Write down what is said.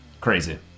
crazy